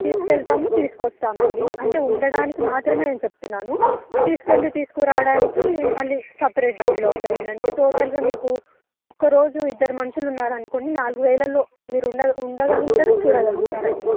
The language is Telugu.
తీసుకు వెళ్తాము తీసుకు వస్తామండి అంటే ఉండడానికి మాత్రమే నేను చెప్తున్నాను తీసుకు వెళ్ళి తీసుకురావడానికి మళ్ళీ సెపెరేట్ డబ్బులు అవుతాటి అండి అంటే టోటల్గా మీకు ఒక రోజు ఇద్దరు మనుషులు ఉన్నారు అనుకోండి నాలుగు వేలలో మీరు ఉండ ఉండగలుగుతారు చూడగలుగుతారు అండి